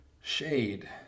shade